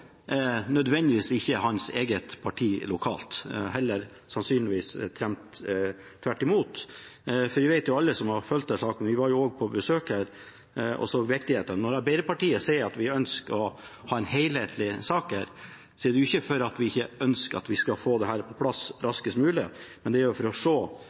nødvendigvis er hans eget parti lokalt – sannsynligvis heller tvert imot. For vi vet, alle vi som har fulgt denne saken – vi var jo også på besøk og så på viktigheten av den – at når Arbeiderpartiet sier at vi ønsker å ha en helhetlig sak, er det ikke fordi vi ikke ønsker at vi skal få dette på plass raskest mulig. Det er for å